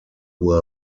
who